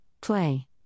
play